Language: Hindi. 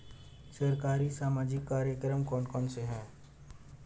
सरकारी सामाजिक कार्यक्रम कौन कौन से हैं?